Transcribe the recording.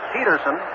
Peterson